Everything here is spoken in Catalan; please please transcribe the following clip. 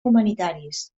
humanitaris